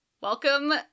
Welcome